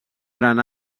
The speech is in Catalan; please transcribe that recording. gran